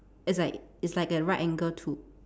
it's like it's like a right angle to